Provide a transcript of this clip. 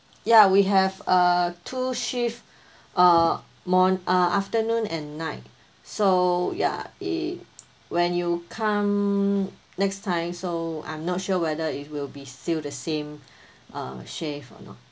ya we have uh two chef uh morn~ uh afternoon and night so ya it when you come next time so I'm not sure whether it will be still the same uh chef or not